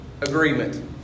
agreement